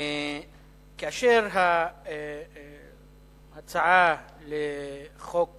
כאשר ההצעה להוראת